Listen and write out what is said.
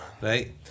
right